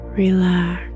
relax